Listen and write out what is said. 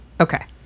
Okay